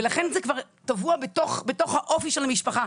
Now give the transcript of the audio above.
ולכן זה כבר טבוע בתוך האופי של המשפחה.